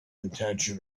intention